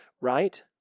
right